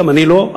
וגם אני לא,